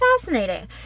fascinating